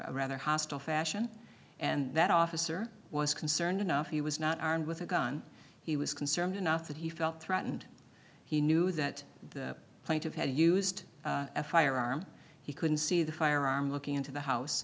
a rather hostile fashion and that officer was concerned enough he was not armed with a gun he was concerned enough that he felt threatened he knew that the plaintive had used a firearm he couldn't see the firearm looking into the house